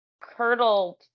Curdled